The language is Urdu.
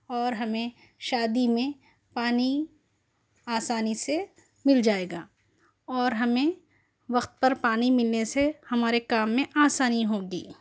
اور ہمیں شادی میں پانی آسانی سے مل جائے گا اور ہمیں وقت پر پانی ملنے سے ہمارے کام میں آسانی ہو گی